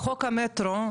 בחוק המטרו,